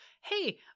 hey